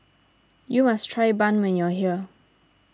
you must try Bun when you are here